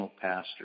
pastor